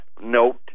note